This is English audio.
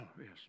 yes